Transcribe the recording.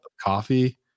coffee